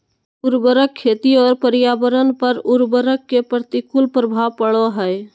उर्वरक खेती और पर्यावरण पर उर्वरक के प्रतिकूल प्रभाव पड़ो हइ